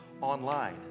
online